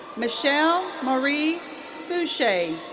michelle marie foushee.